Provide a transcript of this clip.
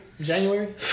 January